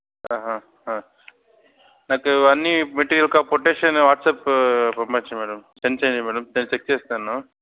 నాకు అన్నీ వీటి యొక్క పొటిషను వాట్సాపు పంపించండి మ్యాడమ్ సెండ్ చెయ్యండి మ్యాడమ్ నేను చెక్ చేస్తాను